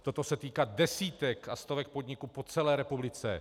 Toto se týká desítek a stovek podniků po celé republice.